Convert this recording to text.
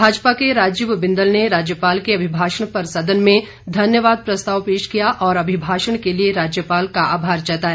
भाजपा के राजीव बिंदल ने राज्यपाल के अभिभाषण पर सदन में धन्यवाद प्रस्ताव पेश किया और अभिभाषण के लिए राज्यपाल का आभार जताया